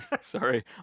Sorry